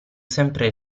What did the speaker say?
sempre